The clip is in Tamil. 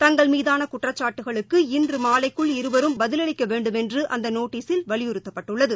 தங்கள் மீதானகுற்றச்சாட்டுக்களுக்கு இன்றுமாலைக்குள் இருவரும் பதிலளிக்கவேண்டுமென்றுஅந்தநோட்டஸில் வலியுறுத்தப்பட்டுள்ளது